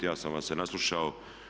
Ja sam vas se naslušao.